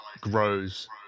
grows